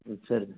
ம் சரி